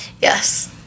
Yes